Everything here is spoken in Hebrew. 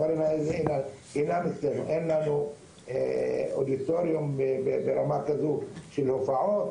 אין לנו אודיטוריום ברמה של הופעות,